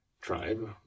tribe